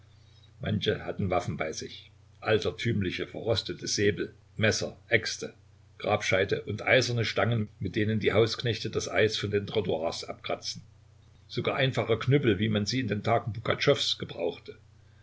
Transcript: manche hatten waffen bei sich altertümliche verrostete säbel messer äxte grabscheite und eiserne stangen mit denen die hausknechte das eis von den trottoirs abkratzen sogar einfache knüppel wie man sie in den tagen pugatschows gebrauchte